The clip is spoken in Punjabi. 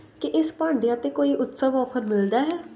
ਕੀ ਇਸ ਭਾਂਡਿਆਂ 'ਤੇ ਕੋਈ ਉਤਸਵ ਔਫ਼ਰ ਮਿਲਦਾ ਹੈ